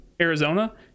Arizona